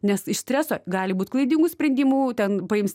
nes iš streso gali būt klaidingų sprendimų ten paims